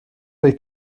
echt